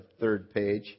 third-page